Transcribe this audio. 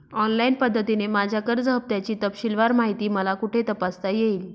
Online पद्धतीने माझ्या कर्ज हफ्त्याची तपशीलवार माहिती मला कुठे तपासता येईल?